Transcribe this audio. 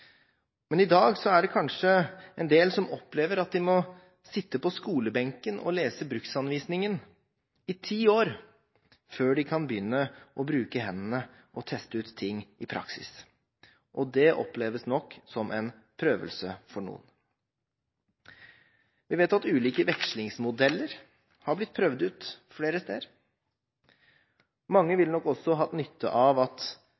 Men i dag er det kanskje en del som opplever at de må sitte på skolebenken og lese bruksanvisningen i ti år før de kan begynne å bruke hendene og teste ut ting i praksis. Det oppleves nok som en prøvelse for noen. Vi vet at ulike vekslingsmodeller har blitt prøvd ut flere steder. Mange ville nok også hatt nytte av at